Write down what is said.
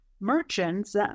merchants